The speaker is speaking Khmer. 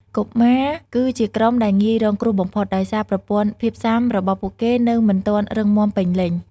កុមារគឺជាក្រុមដែលងាយរងគ្រោះបំផុត ដោយសារប្រព័ន្ធភាពស៊ាំរបស់ពួកគេនៅមិនទាន់រឹងមាំពេញលេញ។